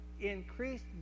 increased